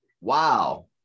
Wow